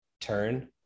turn